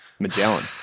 Magellan